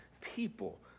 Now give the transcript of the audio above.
people